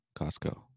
Costco